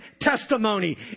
testimony